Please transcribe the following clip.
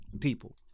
People